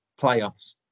playoffs